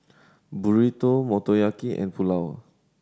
Burrito Motoyaki and Pulao